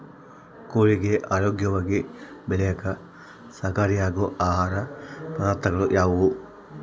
ಕೋಳಿಗೆ ಆರೋಗ್ಯವಾಗಿ ಬೆಳೆಯಾಕ ಸಹಕಾರಿಯಾಗೋ ಆಹಾರ ಪದಾರ್ಥಗಳು ಯಾವುವು?